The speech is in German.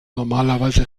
normalerweise